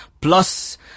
plus